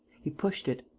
he pushed it.